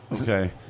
Okay